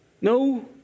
no